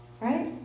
right